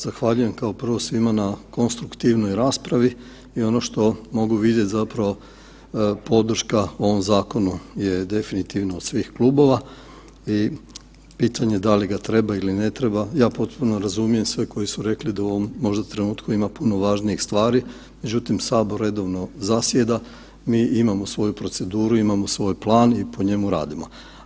Zahvaljujem kao prvo, svima na konstruktivnoj raspravi i ono što mogu vidjeti zapravo, podrška ovom zakonu je definitivno od svih klubova i pitanje da li ga treba ili ne treba, ja potpuno razumijem sve koji su rekli da u ovom možda trenutku ima puno važnijih stvari, međutim, Sabor redovno zasjeda, mi imamo svoju proceduru, imamo svoj plan i po njemu radimo.